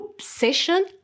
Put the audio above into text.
session